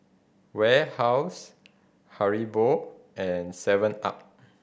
Warehouse Haribo and seven up